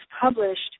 published